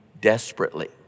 desperately